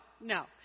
no